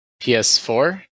PS4